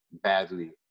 badly